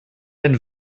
den